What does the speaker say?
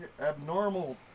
abnormal